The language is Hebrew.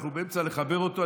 אנחנו באמצע לחבר אותו.